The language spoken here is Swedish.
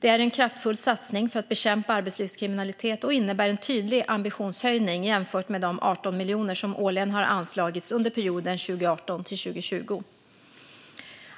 Det är en kraftfull satsning för att bekämpa arbetslivskriminalitet och innebär en tydlig ambitionshöjning jämfört med de 18 miljoner som årligen har anslagits under perioden 2018-2020.